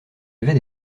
avait